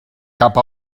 cap